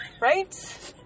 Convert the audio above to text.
Right